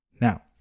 Now